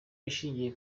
ishingiye